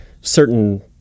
certain